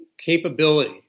capability